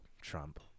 Trump